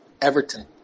Everton